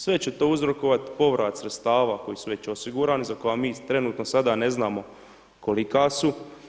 Sve će to uzrokovati povrat sredstava koji su već osigurani, za koja mi trenutno sada ne znamo kolika su.